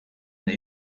that